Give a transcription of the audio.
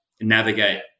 navigate